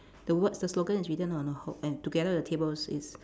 the words the slogan is written on a wh~ and together with the tables is